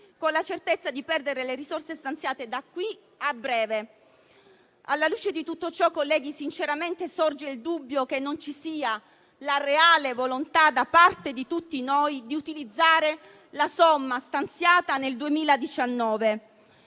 con la certezza di perdere le risorse stanziate da qui a breve. Alla luce di tutto ciò, colleghi, sinceramente sorge il dubbio che non ci sia la reale volontà da parte di tutti noi di utilizzare la somma stanziata nel 2019.